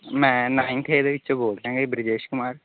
ਮੈਂ ninth A ਦੇ ਵਿੱਚੋਂ ਬੋਲ ਰਿਹਾ ਜੀ ਬਿਰਜੇਸ਼ ਕੁਮਾਰ